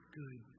good